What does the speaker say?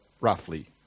roughly